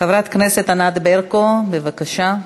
חברת הכנסת ענת ברקו, בבקשה.